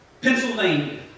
Pennsylvania